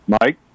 Mike